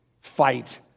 fight